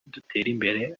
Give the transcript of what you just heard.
duterimbere